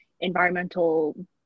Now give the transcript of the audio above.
environmental